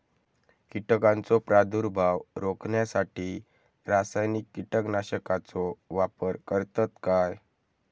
कीटकांचो प्रादुर्भाव रोखण्यासाठी रासायनिक कीटकनाशकाचो वापर करतत काय?